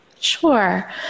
Sure